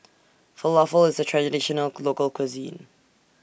Falafel IS A Traditional Local Cuisine